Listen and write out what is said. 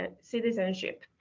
citizenship